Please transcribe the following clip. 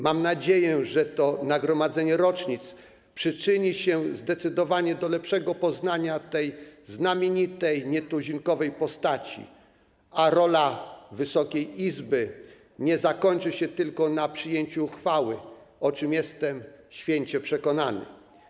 Mam nadzieję, że to nagromadzenie rocznic przyczyni się do zdecydowanie lepszego poznania tej znamienitej, nietuzinkowej postaci, a rola Wysokiej Izby nie zakończy się tylko na przyjęciu uchwały, o czym jestem świecie przekonany.